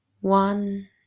One